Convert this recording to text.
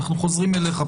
אנחנו חוזרים אליך,